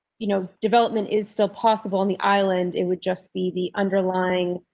you know, development is still possible on the island. it would just be the underlying.